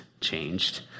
changed